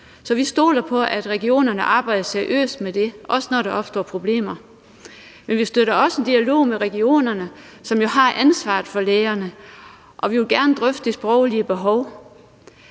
Så vi stoler på, at regionerne arbejder seriøst med det – også når der opstår problemer. Men vi støtter også en dialog med regionerne, som jo har ansvaret for lægerne, og vi vil gerne drøfte de sproglige behov.